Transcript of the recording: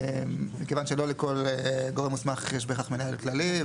מכיוון שלא לכל גורם מוסמך יש בהכרח מנהל כללי.